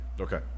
Okay